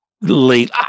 late